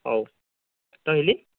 ହଉ ରହିଲି